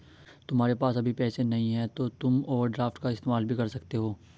तुम्हारे पास अभी पैसे नहीं है तो तुम ओवरड्राफ्ट का इस्तेमाल भी कर सकते हो